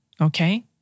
Okay